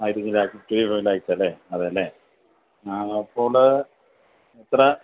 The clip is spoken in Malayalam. ആയിക്കോട്ടെ ട്വന്റി ഫൈവ് ലാക്സ് അല്ലേ അതെ അല്ലേ അപ്പോൾ എത്ര